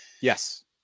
yes